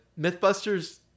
Mythbusters